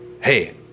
Hey